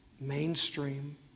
mainstream